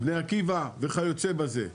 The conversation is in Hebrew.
בני עקיבא וכיוצא בזה,